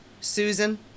Susan